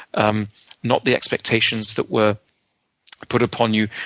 um not the expectations that were put upon you.